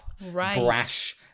brash